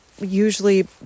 usually